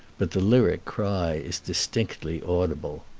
but the lyric cry is distinctly audible.